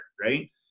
right